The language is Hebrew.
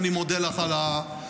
אני מודה לך על האמירות,